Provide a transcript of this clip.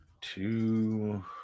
two